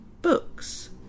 Books